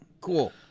Cool